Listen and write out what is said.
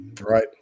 Right